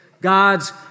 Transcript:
God's